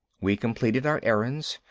we completed our errands.